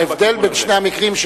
ההבדל בין שני המקרים,